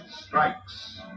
strikes